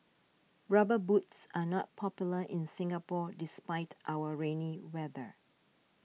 rubber boots are not popular in Singapore despite our rainy weather